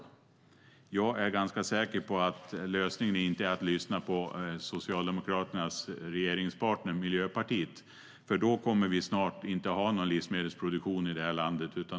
Jag är ganska säker på att lösningen inte är att lyssna på Socialdemokraternas regeringspartner Miljöpartiet, för då kommer vi snart inte att ha någon livsmedelsproduktion i det här landet.